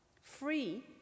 Free